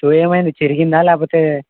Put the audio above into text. shoe ఏమైంది చిరిగిందా లేకపోతే